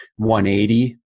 180